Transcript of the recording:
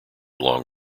long